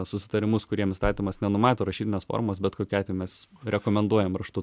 susitarimus kuriem įstatymas nenumato rašytinės formos bet kokiu atveju mes rekomenduojam raštu